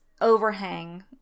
overhang